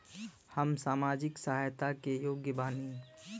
हम सामाजिक सहायता के योग्य बानी?